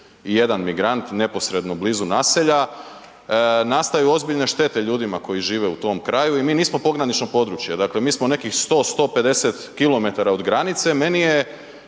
71 migrant neposredno blizu naselja, nastaju ozbiljne štete ljudima koji žive u tom kraju. I mi nismo pogranično područje, mi smo nekih 100, 150 kilometara od granice,